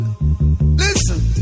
listen